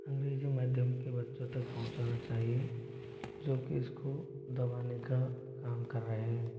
अंग्रेज़ी माध्यम के बच्चों तक पहुंचना चाहिए जो कि इसको दबाने का काम कर रहे हैं